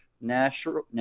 national